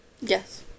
yes